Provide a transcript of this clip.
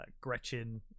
gretchen